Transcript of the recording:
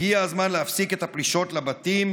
הגיע הזמן להפסיק את הפלישות לבתים.